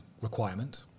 requirement